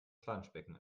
planschbecken